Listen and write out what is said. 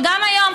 וגם היום,